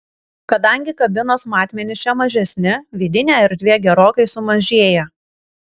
kadangi kabinos matmenys čia mažesni vidinė erdvė gerokai sumažėja